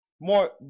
more